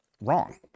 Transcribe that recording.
wrong